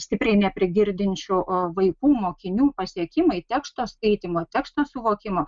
stipriai neprigirdinčių vaikų mokinių pasiekimai teksto skaitymo teksto suvokimo